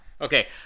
Okay